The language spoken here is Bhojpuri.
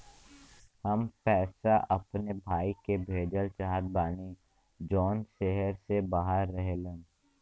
हम पैसा अपने भाई के भेजल चाहत बानी जौन शहर से बाहर रहेलन